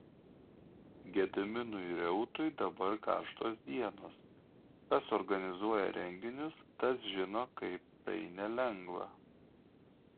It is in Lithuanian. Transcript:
gediminui reutui dabar karštos dienos kas organizuoja renginius tas žino kaip tai nelengva